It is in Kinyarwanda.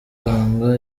muganga